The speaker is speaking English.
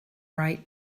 write